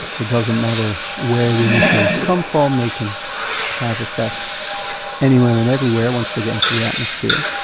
it doesn't matter where the emissions come from, they can have effects anywhere and everywhere once they get into the atmosphere.